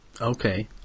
Okay